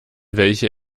welche